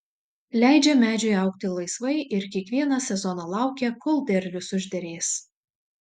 leidžia medžiui augti laisvai ir kiekvieną sezoną laukia kol derlius užderės